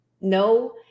no